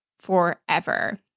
forever